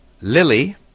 Lily